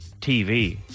TV